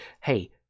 hey